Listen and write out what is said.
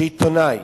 שהעיתונאי